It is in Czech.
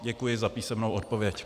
Děkuji za písemnou odpověď.